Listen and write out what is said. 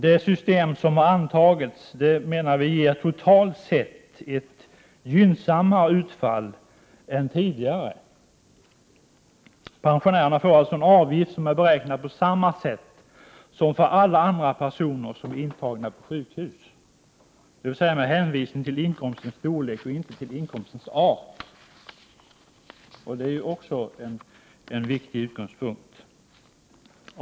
Det system som har antagits menar vi ger ett totalt sett gynnsammare utfall än tidigare. Pensionärerna får en avgift som är beräknad på samma sätt som för alla andra personer som är intagna på sjukhus, dvs. med hänsyn till inkomstens storlek och inte till inkomstens art. Det är också en viktig utgångspunkt.